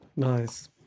Nice